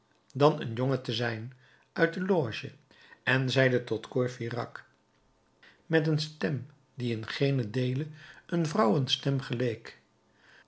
dan een jongen te zijn uit de loge en zeide tot courfeyrac met een stem die in geenen deele een vrouwenstem geleek